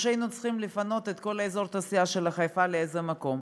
או שהיינו צריכים לפנות את כל אזור התעשייה של חיפה לאיזה מקום.